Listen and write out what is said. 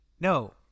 no